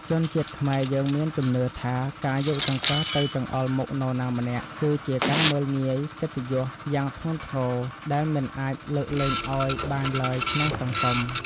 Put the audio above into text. ជនជាតិខ្មែរយើងមានជំនឿថាការយកចង្កឹះទៅចង្អុលមុខនរណាម្នាក់គឺជាការមើលងាយកិត្តិយសយ៉ាងធ្ងន់ធ្ងរដែលមិនអាចលើកលែងឱ្យបានឡើយក្នុងសង្គម។